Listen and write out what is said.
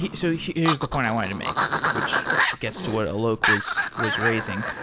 yeah so here's the point i wanted to make, which gets to what alok was was raising.